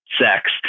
sex